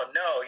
no